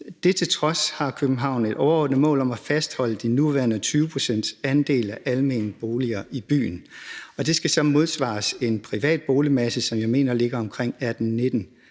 Dette til trods har København et overordnet mål om at fastholde den nuværende andel på 20 pct. almene boliger i byen, og det skal så modsvares af en privat boligmasse, som jeg mener ligger på en andel